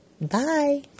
Bye